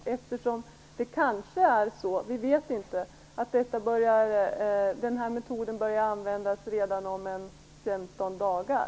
Vi vet inte, det kanske är så att denna metod börjar användas redan om 15 dagar.